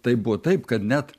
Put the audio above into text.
tai buvo taip kad net